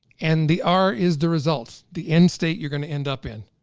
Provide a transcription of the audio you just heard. and the r, is the results. the end state you're gonna end up in.